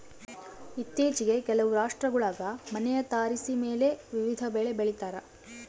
ಇತ್ತೀಚಿಗೆ ಕೆಲವು ರಾಷ್ಟ್ರಗುಳಾಗ ಮನೆಯ ತಾರಸಿಮೇಲೆ ವಿವಿಧ ಬೆಳೆ ಬೆಳಿತಾರ